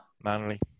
Manly